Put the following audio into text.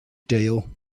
deal